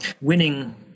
winning